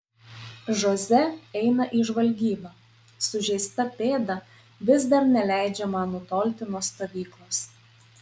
žoze eina į žvalgybą sužeista pėda vis dar neleidžia man nutolti nuo stovyklos